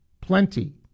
plenty